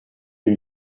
une